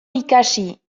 ikasi